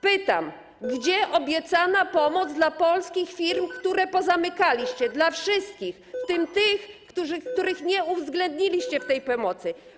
Pytam: Gdzie obiecana pomoc dla polskich firm, które pozamykaliście, dla wszystkich, w tym tych, których nie uwzględniliście w tej pomocy?